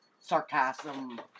sarcasm